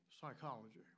psychology